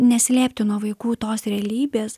neslėpti nuo vaikų tos realybės